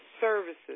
services